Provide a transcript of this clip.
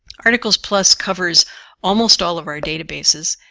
articles plus covers almost all of our databases,